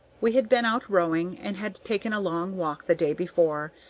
we had been out rowing and had taken a long walk the day before,